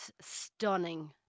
stunning